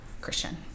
Christian